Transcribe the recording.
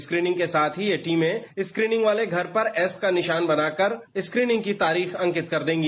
screening के साथ ही यह टीमें स्क्रीनिंग वाले घर पर एस का निशान बनाकर स्क्रीनिंग की तारीख अंकित कर देंगी